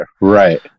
right